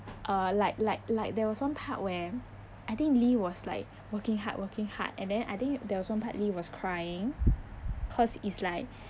uh like like like there was one part where I think lee was like working hard working hard and then I think there one was one part lee was crying cause it's like